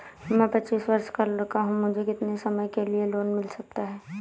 मैं पच्चीस वर्ष का लड़का हूँ मुझे कितनी समय के लिए लोन मिल सकता है?